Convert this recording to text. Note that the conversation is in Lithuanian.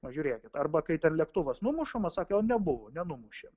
pažiūrėkit arba kai ten lėktuvas numušamas sako nebuvo nenumušė